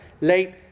late